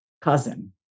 cousin